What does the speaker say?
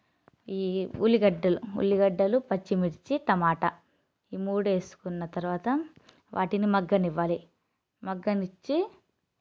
ఈ ఉల్లిగడ్డలు ఉల్లిగడ్డలు పచ్చిమిర్చి టమాటా ఈ మూడు వేసుకున్న తర్వాత వాటిని మగ్గనివ్వాలి మగ్గనిచ్చి